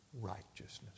righteousness